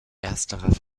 erstere